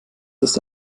ist